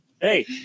Hey